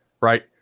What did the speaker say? right